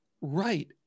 right